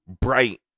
bright